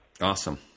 Awesome